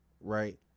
right